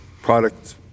product